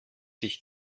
sich